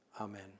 Amen